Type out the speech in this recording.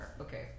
okay